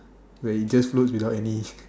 where it just moves without any